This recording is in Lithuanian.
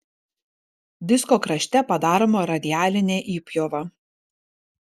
disko krašte padaroma radialinė įpjova